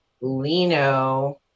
Lino